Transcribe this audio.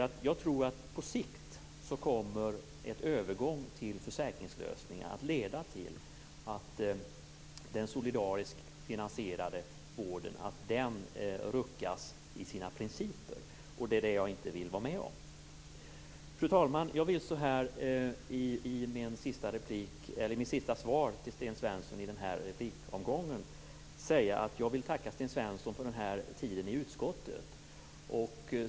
Jag tror att en övergång till en försäkringslösning på sikt kommer att leda till att den solidariskt finansierade vården ruckas i sina principer. Det vill jag inte vara med om. Fru talman! Jag vill i mitt sista svar till Sten Svensson i den här replikomgången tacka Sten Svensson för den här tiden i utskottet.